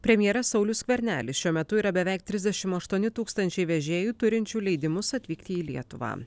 premjeras saulius skvernelis šiuo metu yra beveik trisdešim aštuoni tūkstančiai vežėjų turinčių leidimus atvykti į lietuvą